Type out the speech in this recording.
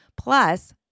plus